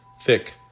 thick